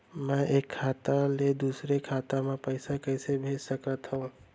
मैं एक खाता ले दूसर खाता मा पइसा कइसे भेज सकत हओं?